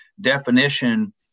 definition